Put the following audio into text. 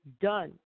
done